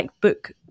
book